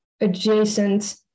adjacent